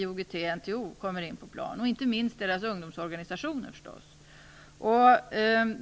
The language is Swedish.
IOGT-NTO, kommer in på plan, och inte minst deras ungdomsorganisationer.